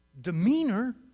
demeanor